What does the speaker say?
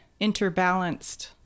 interbalanced